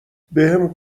بهم